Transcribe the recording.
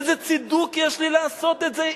איזה צידוק יש לי לעשות את זה,